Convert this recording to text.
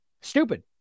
Stupid